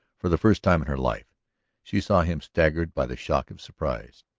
for the first time in her life she saw him staggered by the shock of surprise,